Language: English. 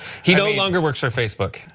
he no longer works for facebook.